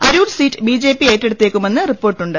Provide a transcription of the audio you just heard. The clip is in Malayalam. അരൂർ സീറ്റ് ബിജെപി ഏറ്റെടുത്തേക്കുമെന്ന് റിപ്പോർട്ടുണ്ട്